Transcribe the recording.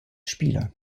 spieler